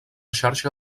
xarxa